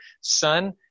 son